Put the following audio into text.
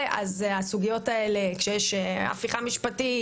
אז הסוגיות האלה כשיש הפיכה משפטית,